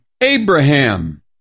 Abraham